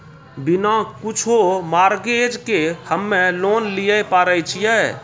बिना कुछो मॉर्गेज के हम्मय लोन लिये पारे छियै?